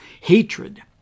hatred